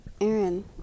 Aaron